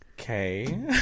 Okay